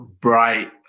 bright